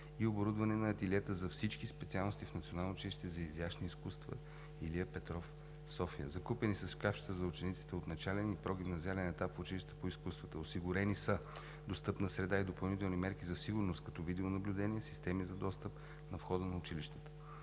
и оборудване на ателиета за всички специалности в Националното училище за изящни изкуства „Илия Петров“ – София. Закупени са шкафчета за учениците от начален и прогимназиален етап в училищата по изкуствата. Осигурени са достъпна среда и допълнителни мерки за сигурност, като видеонаблюдение, системи за достъп на входа на училищата.